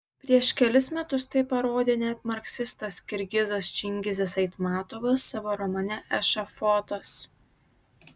prieš kelis metus tai parodė net marksistas kirgizas čingizas aitmatovas savo romane ešafotas